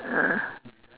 ah